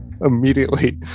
immediately